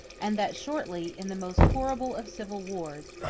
and that shortly, in the most horrible of civil wars,